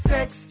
sex